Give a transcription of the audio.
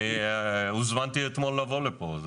אני הוזמנתי אתמול לבוא לפה.